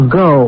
go